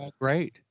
Great